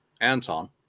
anton